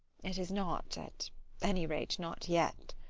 it is not at any rate, not yet.